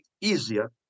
easier